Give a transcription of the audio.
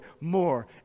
more